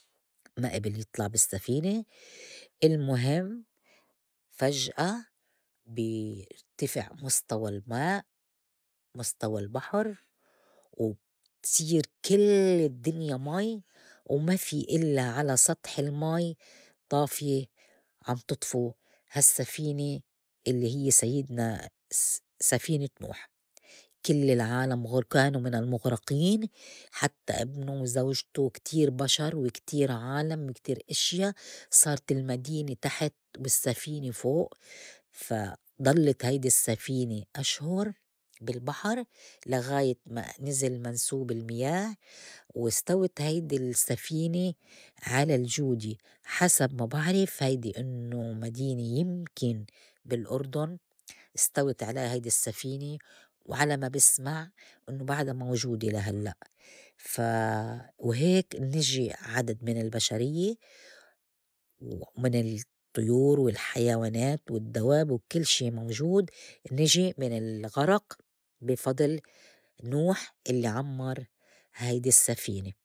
ما إبل يطلع بالسّفينة المُهم فجأة بي يرتفع مستوى الماء مستوى البحر و تصير كل الدّنيا مي وما في إلاّ على سطح المي طافية عم تطفوا ها السّفينة اللّي هيّ سيدنا س- سفينة نوح كلّ العالم غر- كانوا من المُغرقين حتّى ابنه وزوجته كتير بشر وكتير عالم وكتير إشيا صارت المدينة تحت والسّفينة فوق، فا ضلّت هيدي السّفينة أشهُر بالبحر لغاية ما نزل منسوب المياه واستوت هيدي السّفينة على الجودي حسب ما بعرف هيدي إنّو مدينة يمْكن بالأردن استوت عليا هيدي السّفينة وعلى ما بسمع إنّو بعدا موجودة لهلّق، فا وهيك نجي عدد من البشريّة ومن الطّيور والحيوانات والدّواب وكل شي موجود نجي من الغرق بي فضل نوح اللّي عمّر هيدي السّفينة.